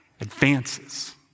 advances